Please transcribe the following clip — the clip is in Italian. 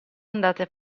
andate